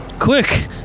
quick